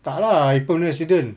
tak lah I permanent resident